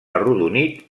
arrodonit